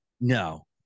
No